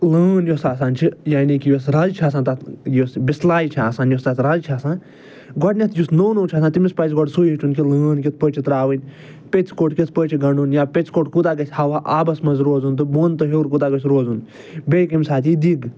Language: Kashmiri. لٲن یۄس آسان چھِ یعنی کہِ یۄس رز چھِ آسان تتھ یُس بِسلاے چھِ آسان یُس تتھ رز چھِ آسان گۄڈنٮ۪تھ یُس نوٚو نوٚو چھُ آسان تٔمِس پَزِ گۄڈٕ سُے ہیٚچھُن کہِ لٲن کِتھ پٲٹھۍ چھِ ترٛاوٕنۍ پیٚژِ کوٹ کِتھ پٲٹھۍ چھِ گنٛڈُن یا پیٚژِ کوٹ کوٗتاہ گَژھِ ہوا آبس منٛز روزُن تہٕ بوٚن تہٕ ہیوٚر کوٗتاہ گَژھِ روزُن بیٚیہِ کَمہِ ساتہٕ یی دِگ